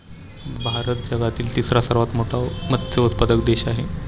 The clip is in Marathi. भारत जगातील तिसरा सर्वात मोठा मत्स्य उत्पादक देश आहे